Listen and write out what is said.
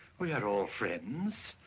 we are all friends.